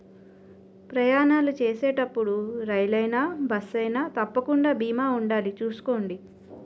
ప్రయాణాలు చేసేటప్పుడు రైలయినా, బస్సయినా తప్పకుండా బీమా ఉండాలి చూసుకోండి